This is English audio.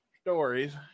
stories